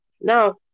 Now